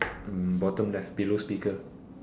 mm bottom left below speaker